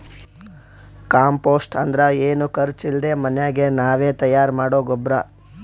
compost ಅಂದ್ರ ಏನು ಖರ್ಚ್ ಇಲ್ದೆ ಮನ್ಯಾಗೆ ನಾವೇ ತಯಾರ್ ಮಾಡೊ ಗೊಬ್ರ